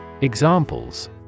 Examples